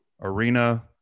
arena